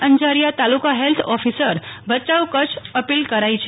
અંજારીયા તાલુકા health officer ભયાઉ કચ્છ પીલ કરાઇ છે